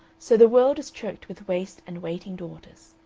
so the world is choked with waste and waiting daughters.